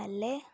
हैले